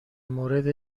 مورد